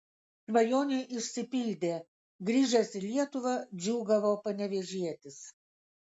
svajonė išsipildė grįžęs į lietuvą džiūgavo panevėžietis